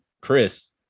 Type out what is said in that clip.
Chris